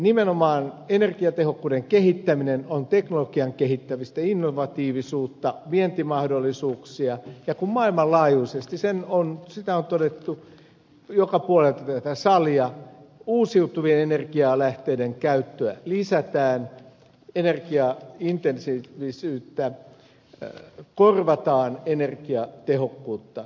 nimenomaan energiatehokkuuden kehittäminen on teknologian kehittämistä innovatiivisuutta vientimahdollisuuksia ja kun maailmanlaajuisesti se on todettu joka puolelta tätä salia uusiutuvien energialähteiden käyttöä lisätään energiaintensiivisyyttä korvataan energiatehokkuutta kehittämällä